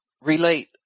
relate